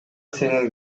сенин